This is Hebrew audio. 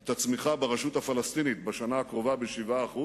את הצמיחה ברשות הפלסטינית בשנה הקרובה ב-7%,